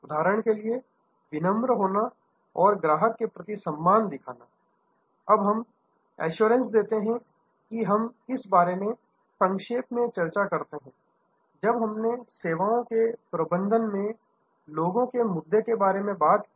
उदाहरण के लिए विनम्र होना और ग्राहक के प्रति सम्मान दिखाना अब हम एश्योरेंस देते हैं कि हम इस बारे में संक्षेप में चर्चा करते हैं जब हमने सेवाओं के प्रबंधन में लोगों के मुद्दे के बारे में चर्चा की